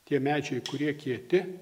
tie medžiai kurie kieti